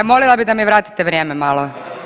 Molila bih da mi vratite vrijeme malo.